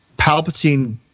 Palpatine